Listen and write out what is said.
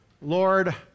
Lord